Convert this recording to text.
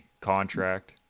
contract